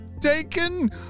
taken